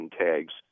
tags